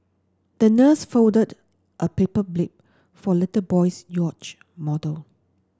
the nurse folded a paper jib for the little boy's yacht model